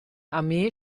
armee